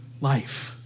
life